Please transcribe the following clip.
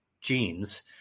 genes